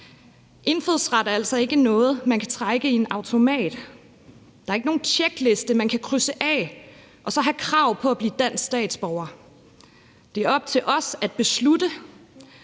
Indfødsret er altså ikke noget, man kan trække i en automat. Der er ikke nogen tjekliste, man kan krydse af og så have krav på at blive dansk statsborger. Det er op til os at beslutte;